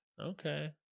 Okay